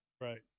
Right